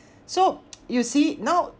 so you see now